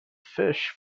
fish